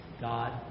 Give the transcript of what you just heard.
God